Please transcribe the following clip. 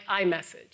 iMessage